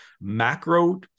macro